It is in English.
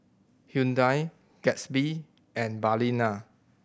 Hyundai Gatsby and Balina